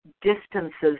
Distances